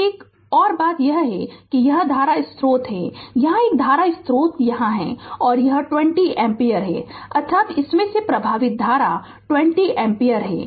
और एक और बात यह है कि यह धारा स्रोत है यहाँ एक धारा स्रोत यहाँ है और यह 20 एम्पीयर है अर्थात् इसमें से प्रवाहित धारा 20 ऐम्पियर है